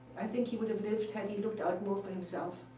i think he would have lived had he looked out more for himself.